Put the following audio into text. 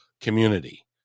community